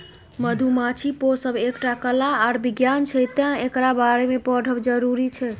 मधुमाछी पोसब एकटा कला आर बिज्ञान छै तैं एकरा बारे मे पढ़ब जरुरी छै